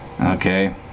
Okay